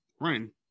friend